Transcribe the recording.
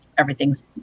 Everything's